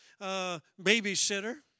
babysitter